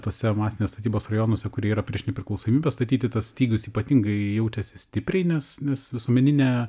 tuose masinės statybos rajonuose kurie yra prieš nepriklausomybę statyti tas stygius ypatingai jaučiasi stipriai nes nes visuomeninė